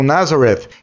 Nazareth